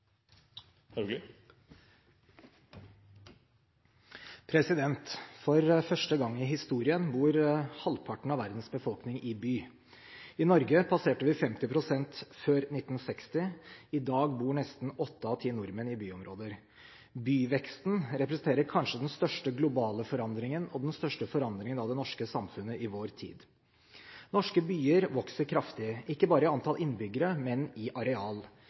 ferdigbehandlet. For første gang i historien bor halvparten av verdens befolkning i by. I Norge passerte vi 50 pst. før 1960. I dag bor nesten åtte av ti nordmenn i byområder. Byveksten representerer den kanskje største globale forandringen, og den største forandringen av det norske samfunnet i vår tid. Norske byer vokser kraftig, ikke bare i antall innbyggere, men i areal.